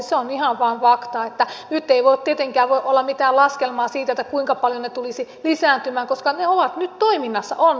se on ihan vain fakta nyt ei voi tietenkään olla mitään laskelmaa siitä kuinka paljon ne tulisivat lisääntymään koska ne ovat nyt toiminnassa on